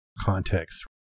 context